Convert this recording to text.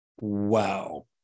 Wow